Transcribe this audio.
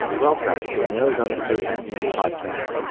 welcome to an arizona state museum podcast.